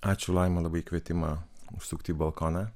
ačiū laima labai į kvietimą užsukti į balkoną